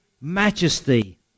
majesty